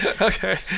Okay